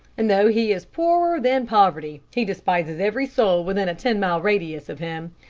and though he is poorer than poverty, he despises every soul within a ten-mile radius of him,